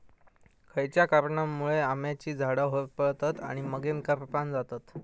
खयच्या कारणांमुळे आम्याची झाडा होरपळतत आणि मगेन करपान जातत?